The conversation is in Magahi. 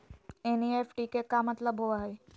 एन.ई.एफ.टी के का मतलव होव हई?